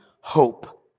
hope